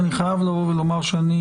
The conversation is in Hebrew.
אני חייב לומר שאני